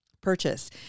purchase